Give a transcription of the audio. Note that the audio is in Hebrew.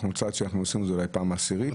זה צעד שאנחנו עושים אולי בפעם העשירית.